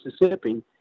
Mississippi